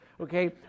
Okay